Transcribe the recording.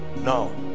No